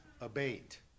abate